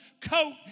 coat